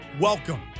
Welcome